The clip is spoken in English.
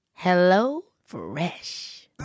HelloFresh